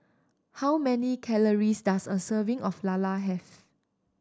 how many calories does a serving of lala have